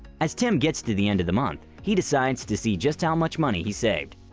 as tim gets to the end of the month, he decides to see just how much money he saved.